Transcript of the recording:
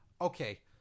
Okay